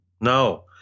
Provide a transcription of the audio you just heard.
no